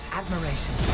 admiration